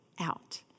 out